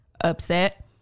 upset